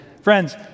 Friends